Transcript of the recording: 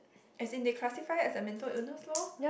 as in they classified it as a mental illness loh